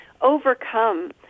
overcome